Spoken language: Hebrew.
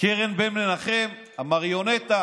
קרן בר-מנחם, המריונטה